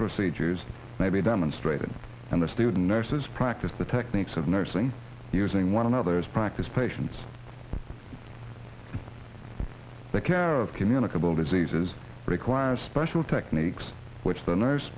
procedures may be demonstrated and the student nurses practice the techniques of nursing using one another's practice patients that care of communicable diseases require special techniques which the nurse